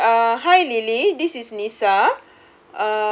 eh uh hi lily this is lisa